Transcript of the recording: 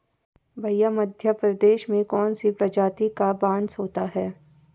भैया मध्य प्रदेश में कौन सी प्रजाति का बांस होता है?